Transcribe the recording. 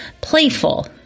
playful